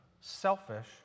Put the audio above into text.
selfish